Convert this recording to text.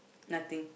nothing